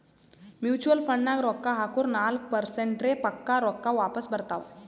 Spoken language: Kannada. ಮ್ಯುಚುವಲ್ ಫಂಡ್ನಾಗ್ ರೊಕ್ಕಾ ಹಾಕುರ್ ನಾಲ್ಕ ಪರ್ಸೆಂಟ್ರೆ ಪಕ್ಕಾ ರೊಕ್ಕಾ ವಾಪಸ್ ಬರ್ತಾವ್